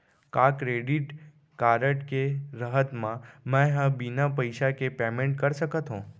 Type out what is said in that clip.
का credit card के रहत म, मैं ह बिना पइसा के पेमेंट कर सकत हो?